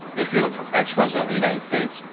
if you are the ex-president of the united states,